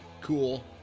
cool